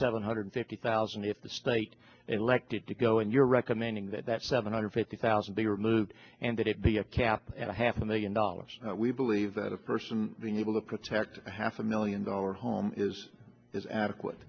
seven hundred fifty thousand if the state elected to go and you're recommending that that seven hundred fifty thousand be removed and that it be a cap and a half a million dollars we believe that a person being able to protect a half a million dollar home is is adequate